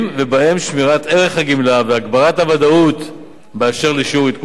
ובהם שמירת ערך הגמלה והגברת הוודאות באשר לשיעור עדכונה.